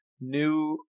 new